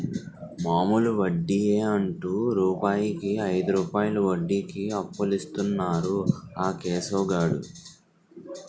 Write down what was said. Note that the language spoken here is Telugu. మామూలు వడ్డియే అంటు రూపాయికు ఐదు రూపాయలు వడ్డీకి అప్పులిస్తన్నాడు ఆ కేశవ్ గాడు